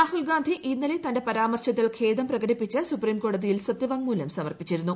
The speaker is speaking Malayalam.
രാഹുൽഗാന്ധി ഇന്നലെ തന്റെ പരാമർശത്തിൽ ഖേദം പ്രകടിപ്പിച്ച് സുപ്രീംകോടതിയിൽ സത്യവാങ്മൂലം സമർപ്പിച്ചിരുന്നു